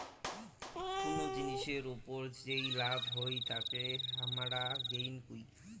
কুনো জিনিসের ওপর যেই লাভ হই তাকে হামারা গেইন কুহু